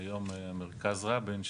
היום מרכז רבין,